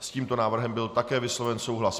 S tímto návrhem byl také vysloven souhlas.